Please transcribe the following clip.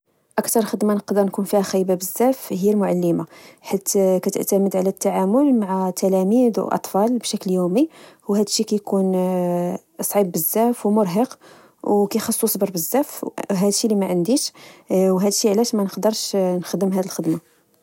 أكتر خدمة نقدر نكون فيها خايبة بزاف هي لمعلمة. حيث كتعتمد على التعامل مع التلاميذ الأطفال بشكل يومي، وهاد الشي كيكون صعيب بزاف، ومرهق وكخصو الصبر بزاف، هادشي لمعنديش، وهادشي علاش منقدرش نخدم هاد الخدمة